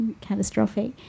catastrophic